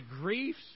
griefs